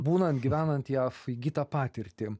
būnant gyvenant jav įgytą patirtį